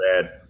bad